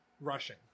Rushing